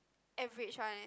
average one eh